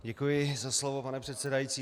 Děkuji za slovo, pane předsedající.